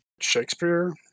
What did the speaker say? Shakespeare